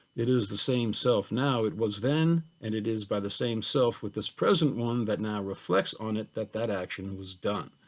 it is the same self now it was then, and it is by the same self with this present one that now reflects on it that that action was done.